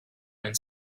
and